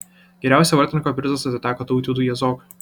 geriausio vartininko prizas atiteko tautvydui jazokui